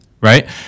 right